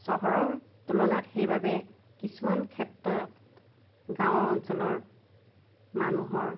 চহৰৰ তুলনাত সেইবাবে কিছুমান ক্ষেত্ৰত গাঁৱৰ অঞ্চলৰ মানুহৰ